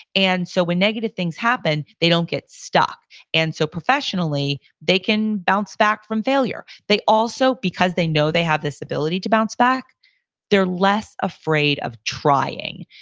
and so when negative things happen, they don't get stuck and so professionally, they can bounce back from failure. they also because they know they have this ability to bounce back they're less afraid of trying.